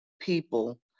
people